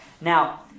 Now